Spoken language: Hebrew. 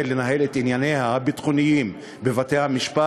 לנהל את ענייניה הביטחוניים בבתי-המשפט,